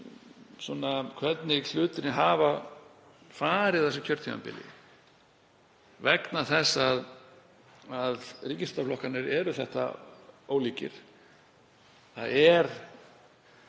hvernig hlutirnir hafa farið á þessu kjörtímabili vegna þess að ríkisstjórnarflokkarnir eru þetta ólíkir. Það er